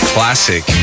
Classic